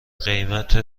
قیمت